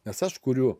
nes aš kuriu